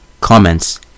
Comments